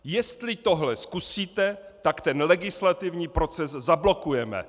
Jestli tohle zkusíte, tak ten legislativní proces zablokujeme.